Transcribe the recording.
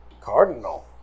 cardinal